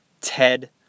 Ted